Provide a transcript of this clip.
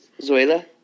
Zoila